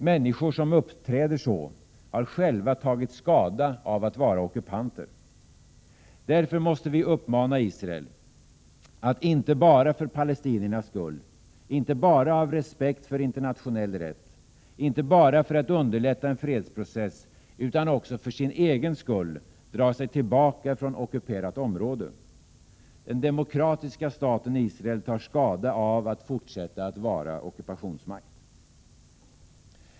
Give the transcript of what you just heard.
Människor som uppträder så, har själva tagit skada av att vara ockupanter. Därför måste vi uppmana Israel att, inte bara för palestiniernas skull, inte bara av respekt för internationell rätt, inte bara för att underlätta en fredsprocess utan också för sin egen skull, dra sig tillbaka från ockuperat område. Den demokratiska staten Israel tar skada av att fortsätta att vara ockupationsmakt.